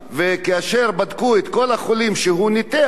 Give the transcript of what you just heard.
וכאשר בדקו את כל החולים שהוא ניתח,